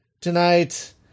tonight